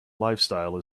lifestyle